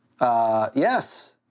Yes